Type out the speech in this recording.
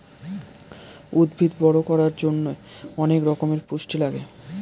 উদ্ভিদ বড় করার জন্যে অনেক রকমের পুষ্টি লাগে